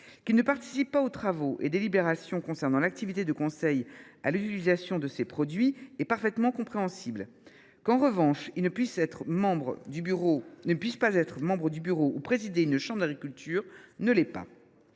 Qu’ils ne participent pas aux travaux et aux délibérations concernant l’activité de conseil à l’utilisation de produits phytopharmaceutiques est parfaitement compréhensible ; qu’en revanche ils ne puissent pas être membres du bureau ou présider une chambre d’agriculture ne l’est pas.